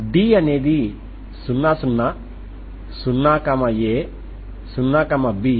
T≠0 సరే మరియు మీకు నాన్ జీరో పరిష్కారం కావాలి